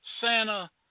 Santa